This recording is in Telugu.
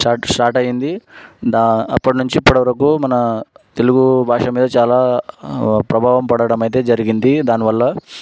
స్టార్ట్ స్టార్ట్ అయింది దా అప్పటి నుంచి ఇప్పటి వరకు మన తెలుగు భాష మీద చాలా ప్రభావం పడటం అయితే జరిగింది దానివల్ల